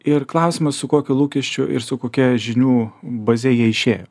ir klausimas su kokiu lūkesčiu ir su kokia žinių baze jie išėjo